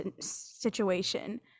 situation